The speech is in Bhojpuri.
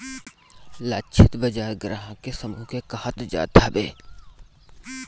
लक्षित बाजार ग्राहक के समूह के कहल जात हवे